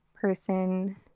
person